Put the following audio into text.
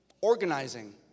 organizing